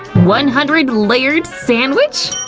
one hundred layered sandwich?